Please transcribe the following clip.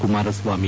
Kumaraswamy